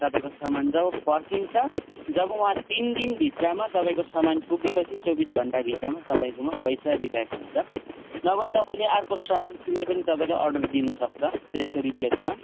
तपाईँको सामान जब फर्किन्छ जब वहाँ तिन दिनभित्रमा तपाईँको सामान पुगेपछि चौबिस घन्टाभित्रमा तपाईँकोमा पैसा रिब्याक हुन्छ नभए तपाईँले अर्को सामान कुनै पनि तपाईँले अर्डर दिनुसक्छ त्यसक रिप्लेसमा